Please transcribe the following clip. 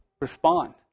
respond